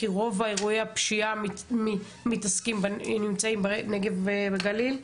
כי רוב אירועי הפשיעה נמצאים בנגב ובגליל.